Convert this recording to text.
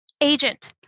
agent